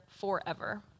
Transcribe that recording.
forever